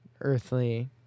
earthly